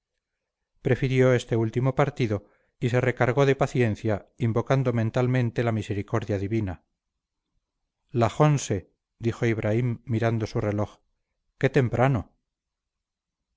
prefirió este último partido y se recargó de paciencia invocando mentalmente la misericordia divina laj onse dijo ibraim mirando su reloj qué temprano